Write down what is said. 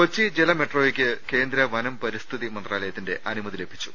കൊച്ചി ജല മെട്രോയ്ക്ക് കേന്ദ്ര വനം പരിസ്ഥിതി മന്ത്രാലയ ത്തിന്റെ അനുമതി ലഭിച്ചു